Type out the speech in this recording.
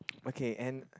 okay and